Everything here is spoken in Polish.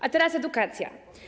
A teraz edukacja.